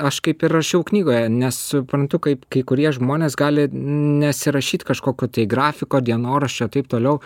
aš kaip ir rašiau knygoje nesuprantu kaip kai kurie žmonės gali nesirašyt kažkokio tai grafiko dienoraščio taip toliau